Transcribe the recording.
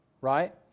Right